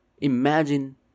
imagine